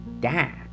dad